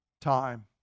time